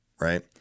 Right